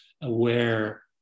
aware